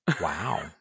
Wow